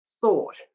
thought